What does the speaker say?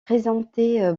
présenter